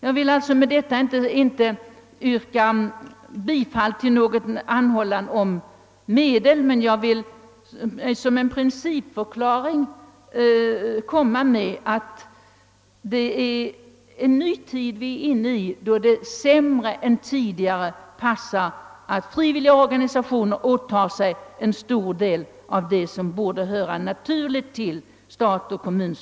Jag vill alltså med detta inte yrka bifall till någon anhållan om medel, men jag vill avge den principförklaringen att vi är inne i en ny tid då det inte längre kan anses lämpligt att frivilliga organisationer åtar sig en stor del av de uppgifter som naturligt borde falla på stat och kommun.